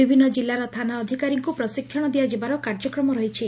ବିଭିନ୍ନ କିଲ୍କାର ଥାନା ଅଧିକାରୀଙ୍କୁ ପ୍ରଶିକ୍ଷଣ ଦିଆଯିବାର କାର୍ଯ୍ୟକ୍ରମ ରହିଛି